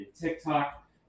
TikTok